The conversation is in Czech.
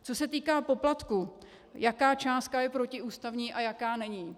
Co se týká poplatku, jaká částka je protiústavní a jaká není.